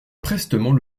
prestement